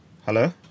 hello